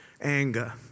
Anger